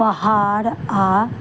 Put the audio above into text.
पहाड़ आ